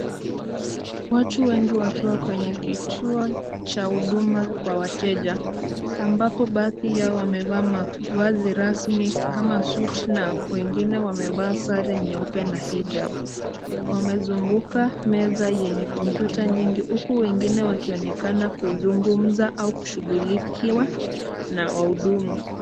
Watu wengi wakiwa kwenye kituo cha huduma kwa wateja. Ambapo baadhi yao wamevaa mavazi rasmi, kama suti na wengine wamevaa sare nyeupe na hijab. Wamezunguka meza yenye kompyuta nyingi, huku wengine wakionekana kuzungumza au kushughulikiwa na wahudumu.